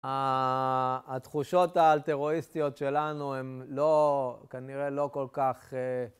התחושות האלטרואיסטיות שלנו הן לא, כנראה לא כל כך